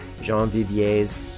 Jean-Vivier's